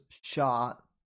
shot